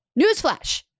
Newsflash